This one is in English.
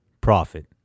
profit